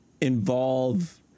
involve